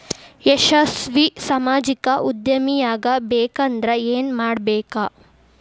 ಯಶಸ್ವಿ ಸಾಮಾಜಿಕ ಉದ್ಯಮಿಯಾಗಬೇಕಂದ್ರ ಏನ್ ಮಾಡ್ಬೇಕ